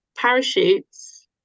Parachutes